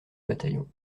bataillon